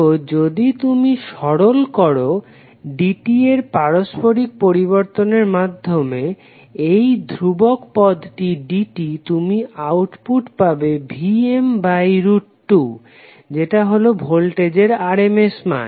তো যদি তুমি সরল করো dt এর পারস্পরিক পরিবর্তনের মাধ্যমে এই ধ্রুবক পদটি dt তুমি আউটপুট পাবে Vm2 যেটা হলো ভোল্টেজের RMS মান